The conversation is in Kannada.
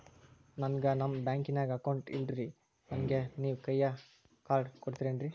ನನ್ಗ ನಮ್ ಬ್ಯಾಂಕಿನ್ಯಾಗ ಅಕೌಂಟ್ ಇಲ್ರಿ, ನನ್ಗೆ ನೇವ್ ಕೈಯ ಕಾರ್ಡ್ ಕೊಡ್ತಿರೇನ್ರಿ?